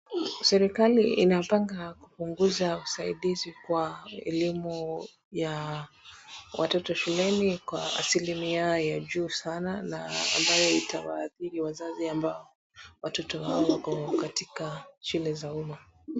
Serikali inapanga kupunguza usaidizi kwa elimu ya watoto shuleni kwa asilimia ya juu sana na ambayo itawaadhiri wazazi ambao watoto wao wako katika shule za umma.